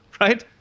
Right